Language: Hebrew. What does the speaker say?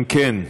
אם כן,